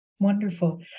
Wonderful